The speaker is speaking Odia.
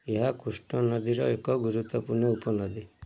ଏହା କୃଷ୍ଣ ନଦୀର ଏକ ଗୁରୁତ୍ୱପୂର୍ଣ୍ଣ ଉପନଦୀ